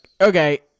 okay